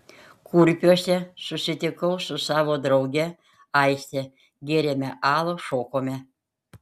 kurpiuose susitikau su savo drauge aiste gėrėme alų šokome